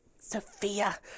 Sophia